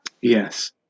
Yes